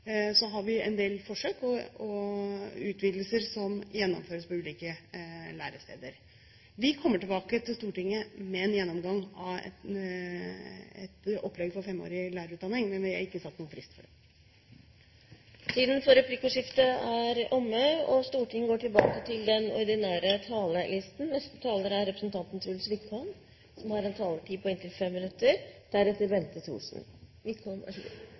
har vi en del forsøk og utvidelser som gjennomføres på ulike læresteder. Vi kommer tilbake til Stortinget med et opplegg for 5-årig lærerutdanning, men vi har ikke satt noen frist for det. Replikkordskiftet er omme. Vi lever i en verden preget av økonomisk usikkerhet. Krisen i Europa er